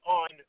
on